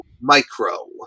Micro